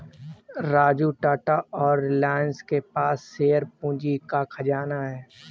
राजू टाटा और रिलायंस के पास शेयर पूंजी का खजाना है